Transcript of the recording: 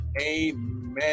amen